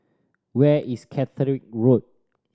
where is Caterick Road